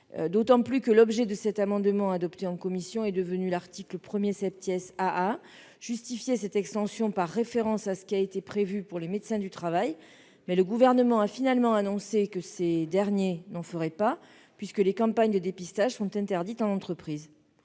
d'autant que l'objet de cet amendement adopté en commission et devenu article 1 AA justifiait cette extension par référence à ce qui a été prévu pour les médecins du travail. Or le Gouvernement a finalement annoncé que ces derniers ne pourraient y procéder, puisque les campagnes de dépistage sont interdites en entreprise.